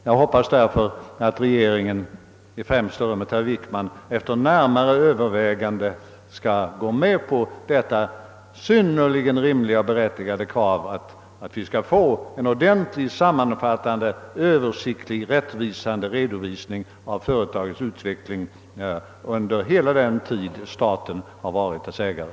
Jag hoppas därför, att regeringen — i främsta rummet herr Wickman — efter närmare överväganden skall gå med på detta synnerligen rimliga och berättigade krav, att vi skall få en ordentlig, sammanfattande, översiktlig och rättvisande bild av företagets utveckling under hela den tid då staten har varit dess ägare.